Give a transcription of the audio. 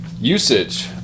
Usage